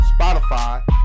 Spotify